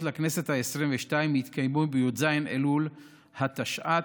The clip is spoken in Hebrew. לכנסת העשרים-ושתיים יתקיימו בי"ז באלול התשע"ט,